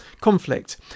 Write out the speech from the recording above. conflict